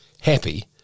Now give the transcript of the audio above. happy